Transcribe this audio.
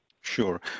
Sure